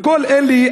וכל אלה,